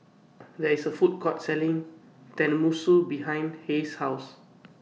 There IS A Food Court Selling Tenmusu behind Hayes' House